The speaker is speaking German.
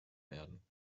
werden